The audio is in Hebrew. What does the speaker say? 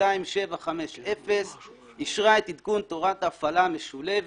2750 אישרה את עדכון תורת ההפעלה המשולבת,